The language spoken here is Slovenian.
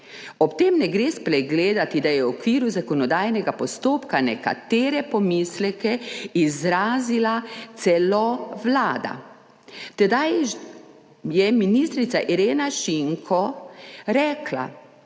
Ob tem ne gre spregledati, da je v okviru zakonodajnega postopka nekatere pomisleke izrazila celo Vlada. Tedaj je ministrica Irena Šinko rekla,